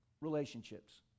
relationships